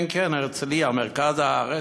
כן, כן, הרצליה במרכז הארץ,